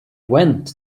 went